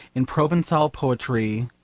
in provencal poetry,